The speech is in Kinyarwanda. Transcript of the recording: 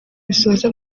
bisoza